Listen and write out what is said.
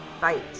fight